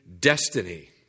destiny